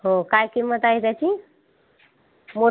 हो काय किंमत आहे त्याची मोज